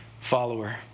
follower